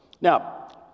Now